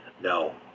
no